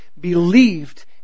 believed